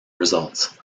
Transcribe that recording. results